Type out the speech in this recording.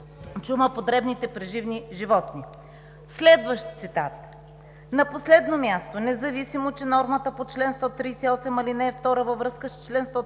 чума по дребните преживни животни. Следващ цитат: „На последно място, независимо че нормата по чл. 138, ал. 2 във връзка с чл. 138,